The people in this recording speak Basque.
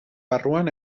barruan